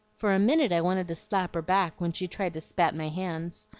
for a minute i wanted to slap her back when she tried to spat my hands.